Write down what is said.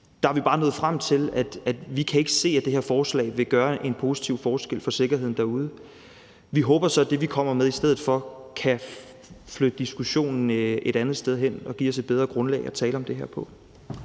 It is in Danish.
– er vi bare nået frem til, at vi ikke kan se, at det her forslag vil gøre en positiv forskel for sikkerheden derude. Vi håber så, at det, vi kommer med i stedet for, kan flytte diskussionen et andet sted hen og give os et bedre grundlag at tale om det her på.